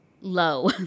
Low